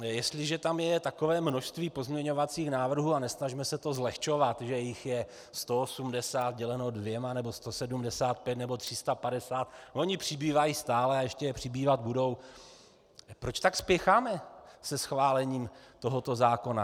Jestliže tam je takové množství pozměňovacích návrhů a nesnažme se to zlehčovat, že jich je 180 děleno dvěma nebo 175 nebo 350, ony přibývají stále a ještě přibývat budou proč tak spěcháme se schválením tohoto zákona?